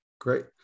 Great